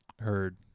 Heard